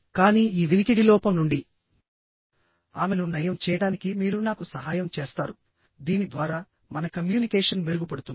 కానీ ఈ వినికిడి లోపం నుండి ఆమెను నయం చేయడానికి మీరు నాకు సహాయం చేస్తారు దీని ద్వారా మన కమ్యూనికేషన్ మెరుగుపడుతుంది